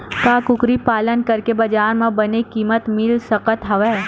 का कुकरी पालन करके बजार म बने किमत मिल सकत हवय?